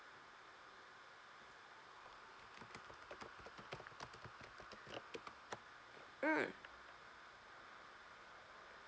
mm